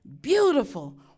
beautiful